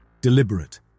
deliberate